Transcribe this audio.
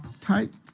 Type